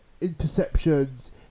interceptions